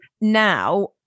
now